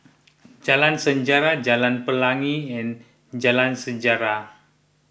Jalan Sejarah Jalan Pelangi and Jalan Sejarah